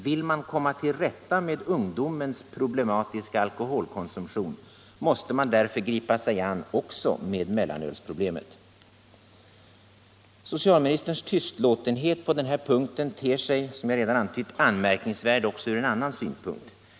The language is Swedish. Vill man komma till rätta med ungdomens problematiska alkoholkonsumtion måste man därför gripa sig an också med mellanölsproblemet. Socialministerns tystlåtenhet på den här punkten ter sig, som jag redan antytt, anmärkningsvärd också från en annan synpunkt.